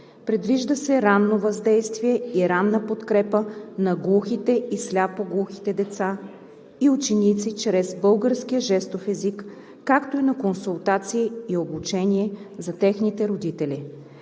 Предвижда се ранно въздействие и ранна подкрепа на глухите и сляпо-глухите деца и ученици чрез българския жестов език, както и консултации и обучение за техните родители.